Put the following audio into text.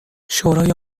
شورای